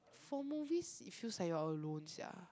for movies it feels like you are alone sia